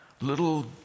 little